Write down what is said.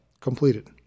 completed